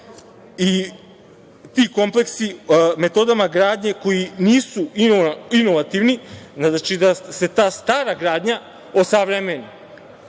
i ti kompleksi metodama gradnje koji nisu inovativni i da se ta stara gradnja osavremeni,